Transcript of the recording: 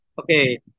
Okay